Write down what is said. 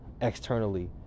externally